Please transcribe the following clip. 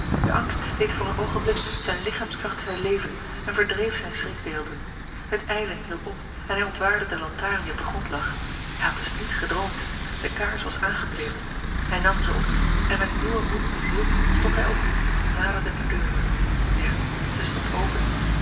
de angst deed voor een oogenblik zijne ligchaamskracht herleven en verdreef zijne schrikbeelden het ijlen hield op en hij ontwaarde de lantaarn die op den grond lag hij had dus niet gedroomd de kaars was aangebleven hij nam ze op en met nieuwen moed bezield stond hij op naderde de deur ja zij stond open